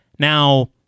Now